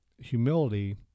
humility